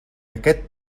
aquest